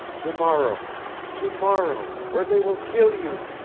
to-morrow to-morrow or they will kill you!